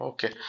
Okay